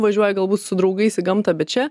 važiuoji galbūt su draugais į gamtą bet čia